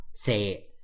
say